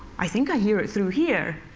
i think i hear it through here.